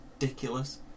ridiculous